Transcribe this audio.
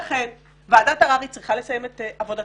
לכן, ועדת הררי צריכה לסיים את עבודתה.